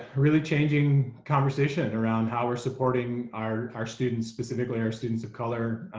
really changing conversation around how we're supporting our our students specifically our students of color.